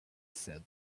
said